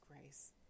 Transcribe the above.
grace